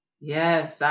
Yes